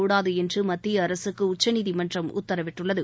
கூடாது என்று மத்திய அரசுக்கு உச்சநீதிமன்றம் உத்தரவிட்டுள்ளது